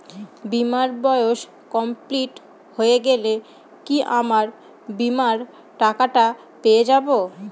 বীমার বয়স কমপ্লিট হয়ে গেলে কি আমার বীমার টাকা টা পেয়ে যাবো?